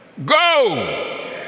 Go